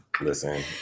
Listen